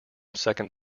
second